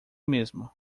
mesmo